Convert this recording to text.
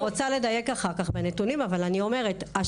אני רוצה לדייק אחר כך בנתונים אבל אני אומרת,